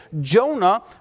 Jonah